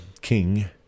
king